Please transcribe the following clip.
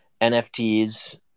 NFTs